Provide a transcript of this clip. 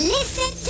Listen